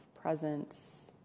presence